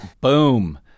Boom